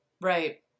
Right